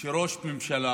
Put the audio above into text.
שראש ממשלה